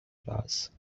flowers